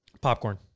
Popcorn